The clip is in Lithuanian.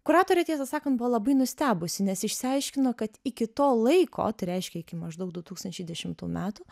kuratorė tiesą sakant buvo labai nustebusi nes išsiaiškino kad iki to laiko tai reiškia iki maždaug du tūkstančiai dešimtų metų